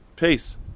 Peace